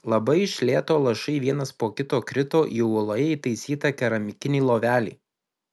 labai iš lėto lašai vienas po kito krito į uoloje įtaisytą keramikinį lovelį